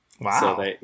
Wow